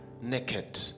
naked